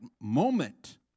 moment